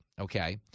okay